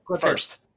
first